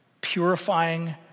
purifying